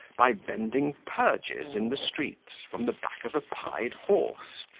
by vending purges in the streets, from the back of a pied horse,